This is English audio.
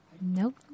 Nope